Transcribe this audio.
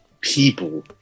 people